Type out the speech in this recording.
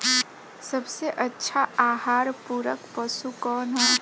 सबसे अच्छा आहार पूरक पशु कौन ह?